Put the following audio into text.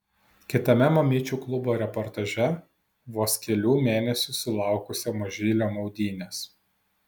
kitame mamyčių klubo reportaže vos kelių mėnesių sulaukusio mažylio maudynės